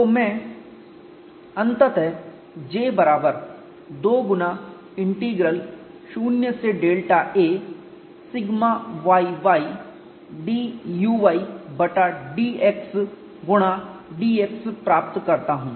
तो मैं अंततः J बराबर 2 गुना इंटीग्रल 0 से delta a σyy d uy बटा dx गुणा dx प्राप्त करता हूं